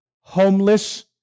homeless